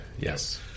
Yes